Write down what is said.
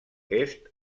est